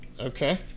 Okay